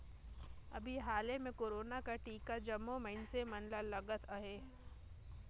अभीं हाले में कोरोना कर टीका जम्मो मइनसे मन ल लगत अहे